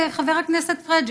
חבר הכנסת פריג',